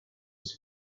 was